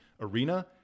arena